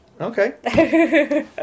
Okay